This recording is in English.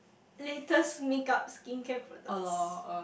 latest make-up skincare products